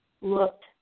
looked